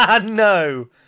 No